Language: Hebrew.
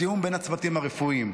בתיאום בין הצוותים הרפואיים.